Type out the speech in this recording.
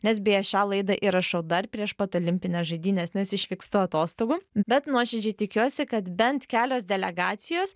nes beje šią laidą įrašau dar prieš pat olimpines žaidynes nes išvykstu atostogų bet nuoširdžiai tikiuosi kad bent kelios delegacijos